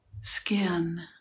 skin